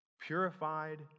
purified